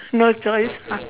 no choice